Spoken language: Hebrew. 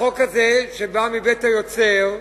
החוק הזה, שבא מבית-היוצר,